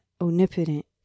omnipotent